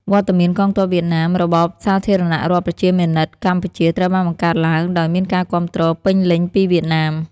វត្តមានកងទ័ពវៀតណាម របបសាធារណរដ្ឋប្រជាមានិតកម្ពុជា ត្រូវបានបង្កើតឡើងដោយមានការគាំទ្រពេញលេញពីវៀតណាម។